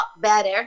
better